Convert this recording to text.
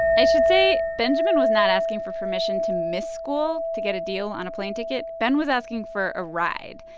i should say benjamin was not asking for permission to miss school to get a deal on a plane ticket. ben was asking for a ride.